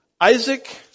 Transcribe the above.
Isaac